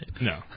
No